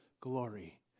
glory